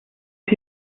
wir